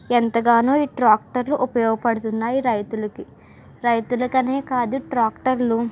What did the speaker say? ఎంతగానో ఈ ట్రాక్టర్లు ఉపయోగపడుతున్నాయి రైతులకు రైతులకనే కాదు ట్రాక్టర్లు